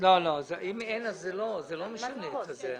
לא לא, אם אין, זה לא משנה את זה,